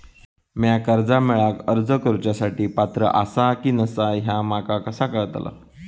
म्या कर्जा मेळाक अर्ज करुच्या साठी पात्र आसा की नसा ह्या माका कसा कळतल?